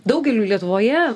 daugeliui lietuvoje